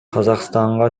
казакстанга